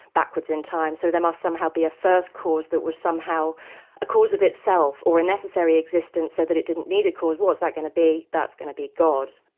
backwards in time, so there must somehow be a first cause that was somehow a cause of itself, or a necessary existence so that it didn't need a cause, what's that going to be? that's going to be god.